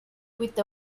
with